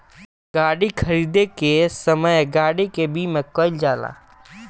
गाड़ी खरीदे के समय गाड़ी के बीमा कईल जाला